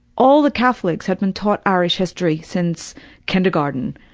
all the catholics had been taught irish history since kindergarten.